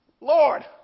Lord